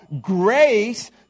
grace